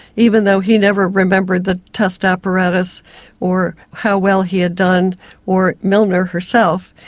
even though he never remembered the test apparatus or how well he had done or milner herself,